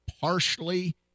partially